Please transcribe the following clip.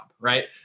right